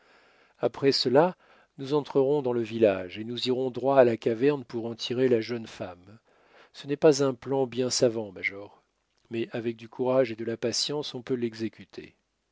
après cela nous entrerons dans le village et nous irons droit à la caverne pour en tirer la jeune femme ce n'est pas un plan bien savant major mais avec du courage et de la patience on peut l'exécuter